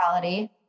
reality